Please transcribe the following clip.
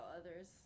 others